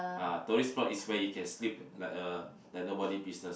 ah tourist spot is where you can sleep like uh like nobody business